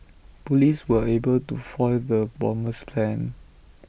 Police were able to foil the bomber's plans